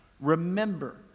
remember